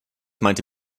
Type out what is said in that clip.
meinte